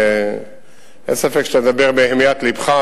אין ספק שאתה מדבר מהמיית לבך,